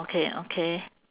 okay okay